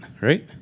right